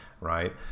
right